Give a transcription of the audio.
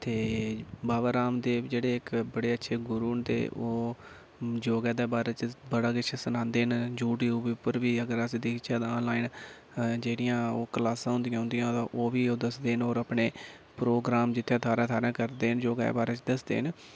ते बाबा राममदेव जेह्ड़े इक बड़े अच्छे गुरू न ते ओह् योगा दे बारे च बड़ा किश सनांदे न यूट्यूब उप्पर बी अगर अस दिक्खचै तां आनलाइन जेह्ड़ियां ओह् क्लासां होंदियां उंदियां ते ओह् बी ओह् दसदे न होर अपने प्रोग्राम जित्थें थाह्रै थाह्रै करदे न योगें बारे च दसदे न